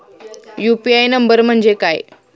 UPI number म्हणजे काय?